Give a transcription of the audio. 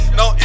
no